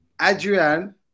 Adrian